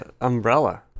umbrella